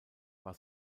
war